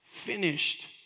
finished